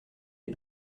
les